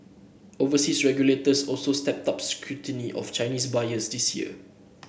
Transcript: overseas regulators also stepped up scrutiny of Chinese buyers this year